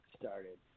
started